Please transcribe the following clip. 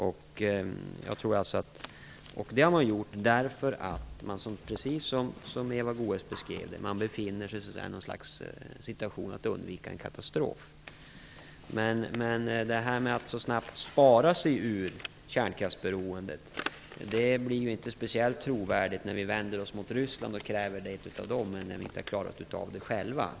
Detta har man gjort därför att man - precis som Eva Goës säger - befinner sig i något slags situation där man måste undvika en katastrof. Att vända sig mot Ryssland och kräva att man där skall spara sig ur kärnkraftsberoendet blir inte speciellt trovärdigt när vi inte har klarat av det själva.